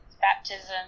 baptism